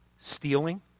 stealing